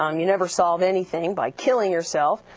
um you never solve anything by killing yourself.